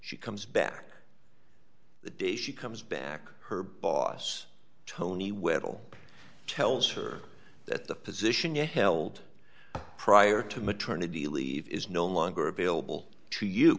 she comes back the day she comes back her boss tony weddle tells her that the position you held prior to maternity leave is no longer available to you